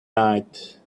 night